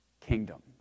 kingdom